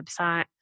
website